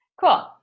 Cool